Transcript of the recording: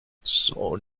son